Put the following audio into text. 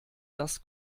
das